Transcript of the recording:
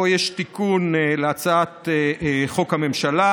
פה יש תיקון לחוק הממשלה.